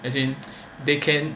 as in they can